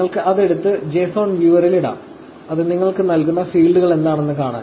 നിങ്ങൾക്ക് അത് എടുത്ത് JSON വ്യൂവറിൽ ഇടാം അത് നിങ്ങൾക്ക് നൽകുന്ന ഫീൽഡുകൾ എന്താണെന്ന് കാണാൻ